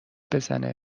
بزنه